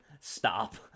stop